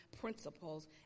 principles